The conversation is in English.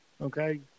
Okay